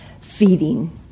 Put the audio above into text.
feeding